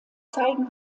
zeigen